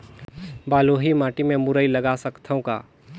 बलुही माटी मे मुरई लगा सकथव का?